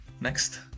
next